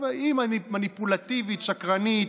טוב, היא מניפולטיבית, שקרנית,